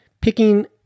picking